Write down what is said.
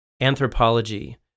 anthropology